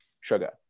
sugar